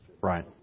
right